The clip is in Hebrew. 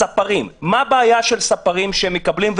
ספרים מה הבעיה של ספרים שמקבלים,